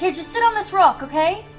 yeah just sit on this rock, okay?